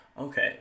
Okay